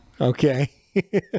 Okay